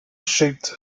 shaped